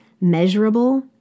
measurable